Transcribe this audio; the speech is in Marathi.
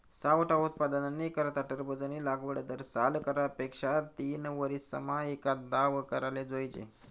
सावठा उत्पादननी करता टरबूजनी लागवड दरसाल करा पेक्षा तीनवरीसमा एकदाव कराले जोइजे